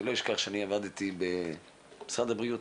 אני לא אשכח שאני עבדתי במשרד הבריאות.